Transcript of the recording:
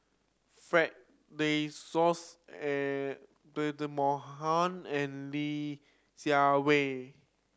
Fred De Souza and Mohamad and Li Jiawei